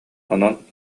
онон